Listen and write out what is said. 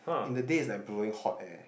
in the day's like blowing hot air